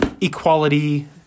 equality